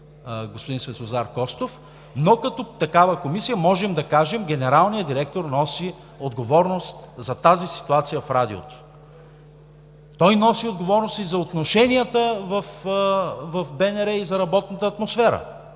господин Светозар Костов, но като такава комисия можем да кажем, че генералният директор носи отговорност за тази ситуация в Радиото. Той носи отговорност и за отношенията в БНР, и за работната атмосфера.